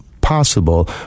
possible